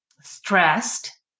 stressed